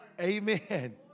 amen